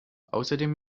außerdem